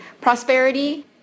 prosperity